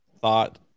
thought